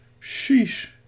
Sheesh